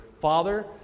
father